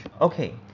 Okay